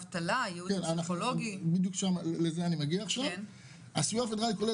לזה אני מגיע: הסיוע כולל